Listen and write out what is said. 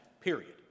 period